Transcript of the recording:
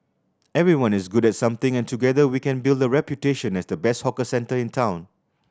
everyone is good at something and together we can build a reputation as the best hawker centre in town